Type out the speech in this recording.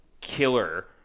killer